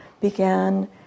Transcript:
began